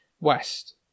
West